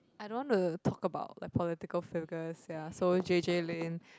I don't wanna talk about like political figures ya so is J J Lin